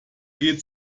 geht